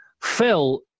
Phil